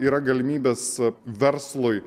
yra galimybės verslui